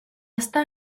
estar